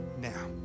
now